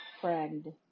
friend